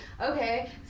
Okay